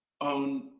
on